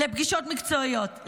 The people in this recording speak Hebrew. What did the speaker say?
לפגישות מקצועיות,